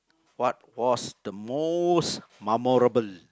what was the most memorable